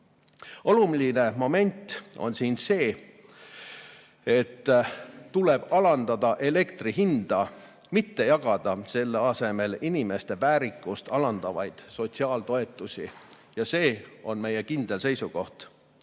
Oluline moment on siin see, et tuleb alandada elektri hinda, mitte jagada selle asemel inimeste väärikust alandavaid sotsiaaltoetusi. Ja see on meie kindel seisukoht.